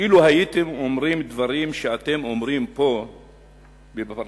לו אמרתם דברים שאתם אומרים פה בפרלמנטים